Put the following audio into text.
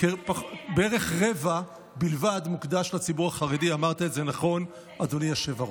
חבר הכנסת אבי מעוז,